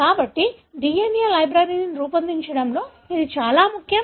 కాబట్టి DNA లైబ్రరీలను రూపొందించడంలో ఇది చాలా ముఖ్యం